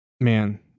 Man